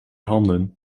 handen